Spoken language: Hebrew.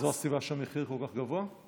זו הסיבה שהמחיר כל כך גבוה?